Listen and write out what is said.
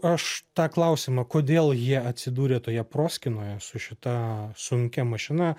aš tą klausimą kodėl jie atsidūrė toje proskynoje su šita sunkia mašina